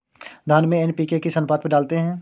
धान में एन.पी.के किस अनुपात में डालते हैं?